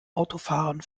autofahrern